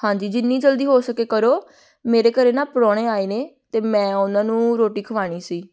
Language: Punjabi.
ਹਾਂਜੀ ਜਿੰਨੀ ਜਲਦੀ ਹੋ ਸਕੇ ਕਰੋ ਮੇਰੇ ਘਰੇ ਨਾ ਪਰੋਣੇ ਆਏ ਨੇ ਅਤੇ ਮੈਂ ਉਨ੍ਹਾਂ ਨੂੰ ਰੋਟੀ ਖਵਾਉਣੀ ਸੀ